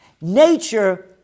Nature